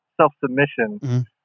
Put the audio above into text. self-submission